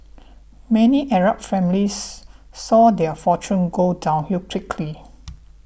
many Arab families saw their fortunes go downhill quickly